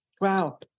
wow